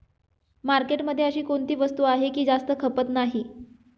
मार्केटमध्ये अशी कोणती वस्तू आहे की जास्त खपत नाही?